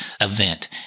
event